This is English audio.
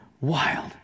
wild